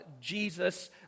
Jesus